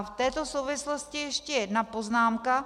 V této souvislosti ještě jedna poznámka.